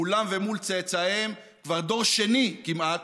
מולם ומול צאצאיהם, כבר דור שני כמעט,